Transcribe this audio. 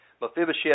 Mephibosheth